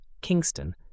Kingston